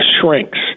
shrinks